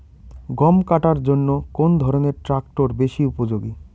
গম কাটার জন্য কোন ধরণের ট্রাক্টর বেশি উপযোগী?